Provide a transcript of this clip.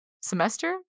Semester